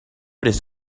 this